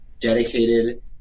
dedicated